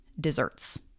desserts